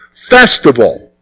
festival